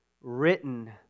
written